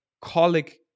colic